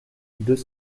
deux